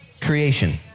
Creation